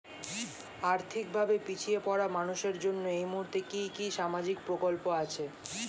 আর্থিক ভাবে পিছিয়ে পড়া মানুষের জন্য এই মুহূর্তে কি কি সামাজিক প্রকল্প আছে?